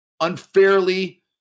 unfairly